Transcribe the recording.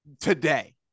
Today